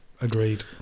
agreed